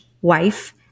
wife